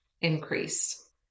increase